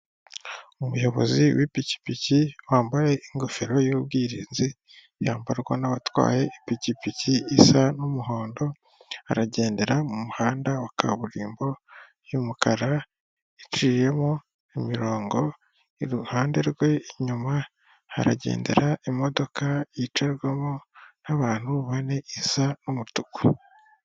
Umuyobozi w'ipikipiki wambaye ingofero y'ubwirinzi ,yambarwa n'abatwaye ipikipiki isa n'umuhondo, aragendera mu muhanda wa kaburimbo y'umukara, iciyemo imirongo, iruhande rwe inyuma haragendera imodoka yicarwamo n'abantu bane isa n'umutuku.